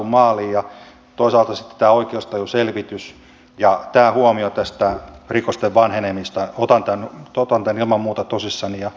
toisaalta sitten tämä oikeustajuselvitys ja tämä huomio tästä rikosten vanhenemisesta otan tämän ilman muuta tosissani